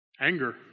anger